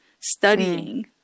studying